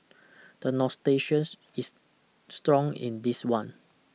the is strong in this one